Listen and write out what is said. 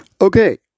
Okay